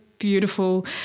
beautiful